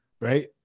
right